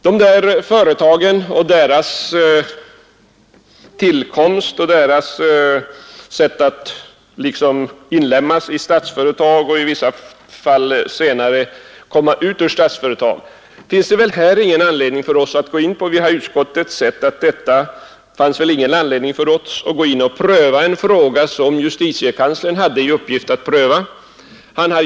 Dessa företag och deras tillkomst, sättet att inlemma dem i Statsföretag och i vissa fall att senare få dem att lämna Statsföretag finns det väl ingen anledning för oss att gå in på. Vi har i utskottet ansett att det saknades skäl för oss att pröva en fråga som justiekanslern haft under prövning.